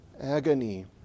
agony